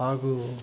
ಹಾಗು